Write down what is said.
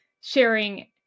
sharing